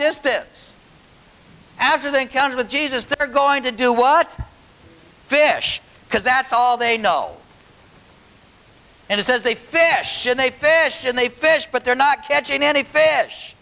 this after the encounter with jesus they're going to do what fish because that's all they know and it says they fish and they fish and they fish but they're not catching any fish